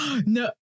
no